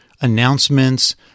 announcements